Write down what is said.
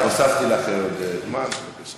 הוספתי לך עוד זמן, בבקשה.